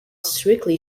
strictly